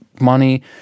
money